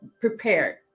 prepared